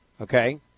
Okay